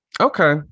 okay